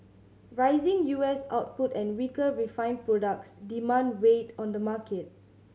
rising U S output and weaker refined products demand weighed on the market